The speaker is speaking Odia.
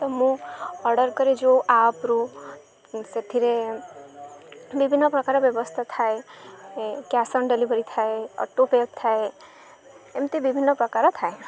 ତ ମୁଁ ଅର୍ଡ଼ର୍ କରି ଯେଉଁ ଆପ୍ରୁୁ ସେଥିରେ ବିଭିନ୍ନ ପ୍ରକାର ବ୍ୟବସ୍ଥା ଥାଏ କ୍ୟାସ୍ ଅନ୍ ଡ଼େଲିଭରି ଥାଏ ଅଟୋପେ ଥାଏ ଏମିତି ବିଭିନ୍ନ ପ୍ରକାର ଥାଏ